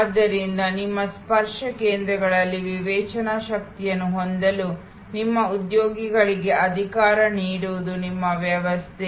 ಆದ್ದರಿಂದ ನಿಮ್ಮ ಸ್ಪರ್ಶ ಕೇಂದ್ರಗಳಲ್ಲಿ ವಿವೇಚನಾ ಶಕ್ತಿಯನ್ನು ಹೊಂದಲು ನಿಮ್ಮ ಉದ್ಯೋಗಿಗಳಿಗೆ ಅಧಿಕಾರ ನೀಡುವುದು ನಿಮ್ಮ ವ್ಯವಸ್ಥೆ